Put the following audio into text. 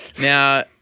Now